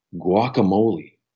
guacamole